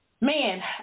man